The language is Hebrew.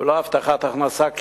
ולא הבטחת הכנסה,